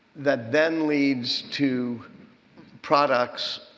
that then leads to products.